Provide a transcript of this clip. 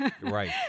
Right